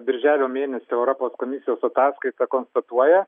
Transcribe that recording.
birželio mėnesio europos komisijos ataskaita konstatuoja